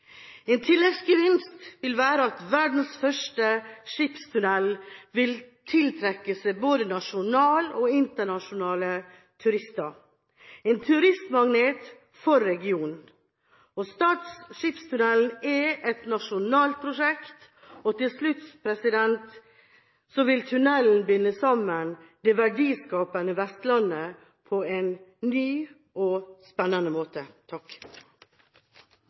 En tilleggsgevinst vil være at verdens første skipstunnel vil tiltrekke seg både nasjonale og internasjonale turister – en turistmagnet for regionen. Stad skipstunnel er et nasjonalt prosjekt, og tunnelen vil binde sammen det verdiskapende Vestlandet på en ny og spennende måte.